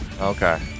Okay